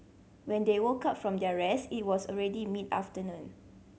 when they woke up from their rest it was already mid afternoon